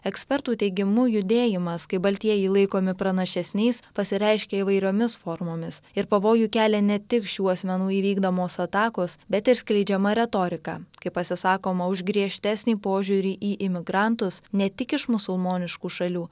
ekspertų teigimu judėjimas kai baltieji laikomi pranašesniais pasireiškia įvairiomis formomis ir pavojų kelia ne tik šių asmenų įvykdomos atakos bet ir skleidžiama retorika kai pasisakoma už griežtesnį požiūrį į imigrantus ne tik iš musulmoniškų šalių